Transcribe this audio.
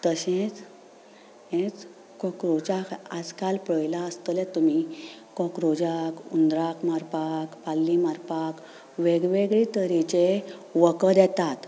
तशेंच हेच कॉक्रोचाक आयज काल पळयलां आसतलें तुमी कॉक्रोचांक हुंदरांक मारपाक पाली मारपाक वेगवेगळे तरेचें वखद येतात